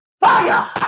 fire